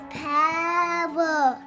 power